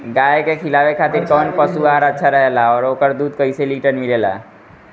गाय के खिलावे खातिर काउन पशु आहार अच्छा रहेला और ओकर दुध कइसे लीटर मिलेला?